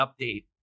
update